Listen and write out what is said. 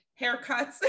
haircuts